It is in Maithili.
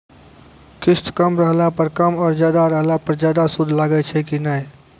किस्त कम रहला पर कम और ज्यादा रहला पर ज्यादा सूद लागै छै कि नैय?